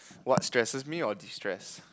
what stresses me or destress